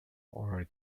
are